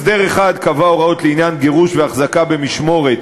הסדר אחד קבע הוראות לעניין גירוש והחזקה במשמורת